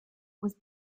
was